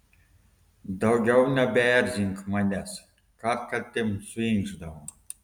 daugiau nebeerzink manęs kartkartėm suinkšdavo